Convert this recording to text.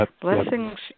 blessings